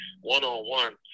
one-on-one